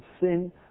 sin